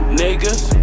niggas